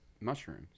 mushrooms